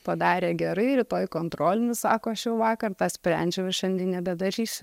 padarę gerai rytoj kontrolinis sako aš jau vakar sprendžiau ir šiandien nebedarysiu